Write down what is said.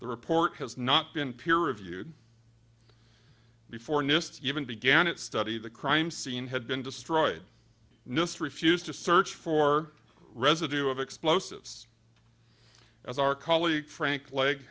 the report has not been peer reviewed before nist even began its study the crime scene had been destroyed nist refused to search for residue of explosives as our colleague frank cleg